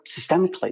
systemically